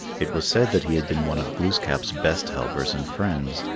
it was said that he had been one of glooskap's best helpers and friends,